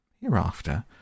Hereafter